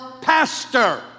pastor